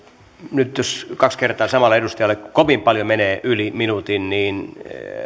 nyt jos kaksi kertaa samalla edustajalla kovin paljon menee yli minuutin niin